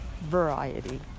variety